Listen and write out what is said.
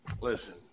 Listen